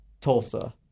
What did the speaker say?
Tulsa